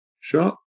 Shop